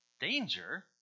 danger